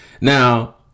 Now